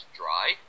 dry